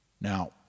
Now